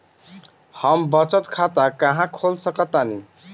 हम बचत खाता कहां खोल सकतानी?